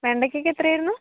വെണ്ടക്കയ്ക്ക് എത്ര ആയിരുന്നു